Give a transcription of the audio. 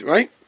Right